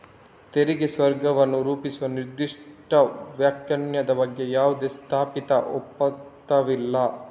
ತೆರಿಗೆ ಸ್ವರ್ಗವನ್ನು ರೂಪಿಸುವ ನಿರ್ದಿಷ್ಟ ವ್ಯಾಖ್ಯಾನದ ಬಗ್ಗೆ ಯಾವುದೇ ಸ್ಥಾಪಿತ ಒಮ್ಮತವಿಲ್ಲ